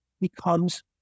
becomes